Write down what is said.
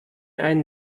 ein